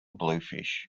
bluefish